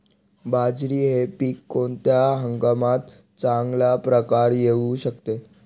बाजरी हे पीक कोणत्या हंगामात चांगल्या प्रकारे येऊ शकते?